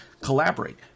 collaborate